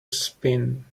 spin